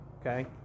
Okay